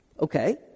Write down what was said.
Okay